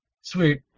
Sweet